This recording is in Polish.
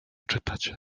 czytać